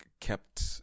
kept